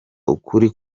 ukuri